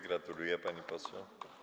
Gratuluję, pani poseł.